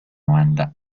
banda